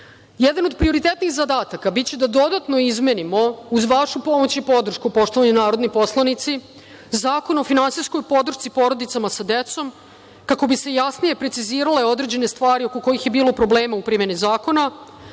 1,5%.Jedan od prioritetnih zadataka biće da dodatno izmenimo uz vašu pomoć i podršku, poštovani narodni poslanici, Zakon o finansijskoj podršci porodicama sa decom kako bi se jasnije precizirale određene stvari oko kojih je bilo problema u primeni zakona,